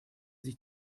sich